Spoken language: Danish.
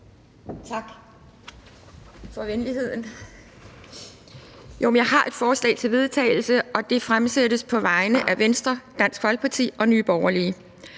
Tak for venligheden. Jo, jeg har et forslag til vedtagelse, og det fremsætter jeg på vegne af Venstre, Dansk Folkeparti og Nye Borgerlige.